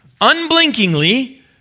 unblinkingly